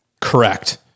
Correct